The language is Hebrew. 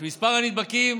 שמספר הנדבקים